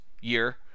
year